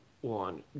one